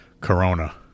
Corona